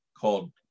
called